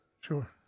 Sure